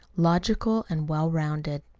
logical and well-rounded.